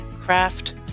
craft